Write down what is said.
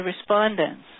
respondents